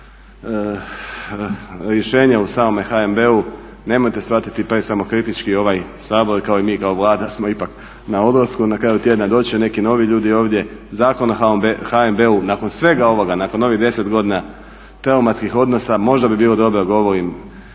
rješenja u samome HNB-u, nemojte shvatiti presamokritički ovaj Sabor kao i mi kao Vlada smo ipak na odlasku. Na kraju tjedna doći će neki ljudi ovdje, Zakon o HNB-u nakon svega ovoga, nakon ovih 10 godina traumatskih odnosa možda bi bilo dobro govorim